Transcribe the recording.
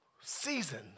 season